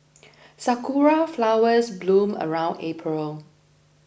sakura flowers bloom around April